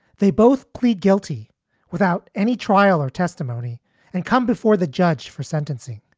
they both plead guilty without any trial or testimony and come before the judge for sentencing.